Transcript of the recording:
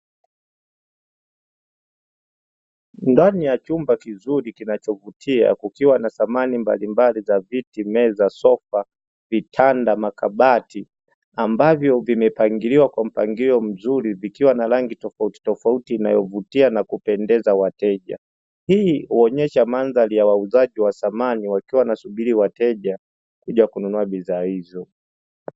Ndani ya chumba kizuri kinachovutia kukiwa na samani mbalimbali za viti, meza, sofa, vitanda, makabati; ambavyo vimepangiliwa kwa mpangilio mzuri, vikiwa na rangi tofautitofauti inayovutia na kupendeza wateja. Hii huonyesha mandhari ya wauzaji wa samani wakiwa wanasubiri wateja kuja kununua bidhaa hizo.